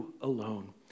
alone